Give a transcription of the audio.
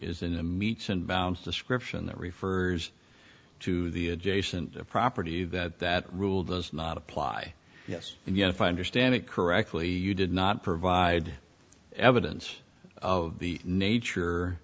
is in a meets and bounds description that refers to the adjacent property that that rule does not apply yes and yet if i understand it correctly you did not provide evidence of the nature